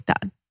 done